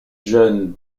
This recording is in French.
john